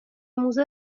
موزه